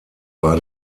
war